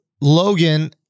Logan